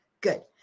good